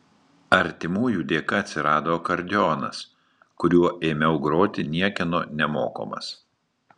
artimųjų dėka atsirado akordeonas kuriuo ėmiau groti niekieno nemokomas